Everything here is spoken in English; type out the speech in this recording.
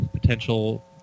potential